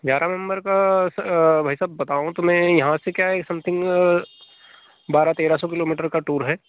ग्यारह मेंबर का स भाई साहब बताऊँ तो मैं यहाँ से क्या है समथिंग बारह तेरह सौ किलोमीटर का टूर है